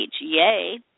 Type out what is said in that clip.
Yay